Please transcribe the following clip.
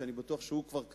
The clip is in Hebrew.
שאני בטוח שהוא כבר קרא,